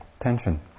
tension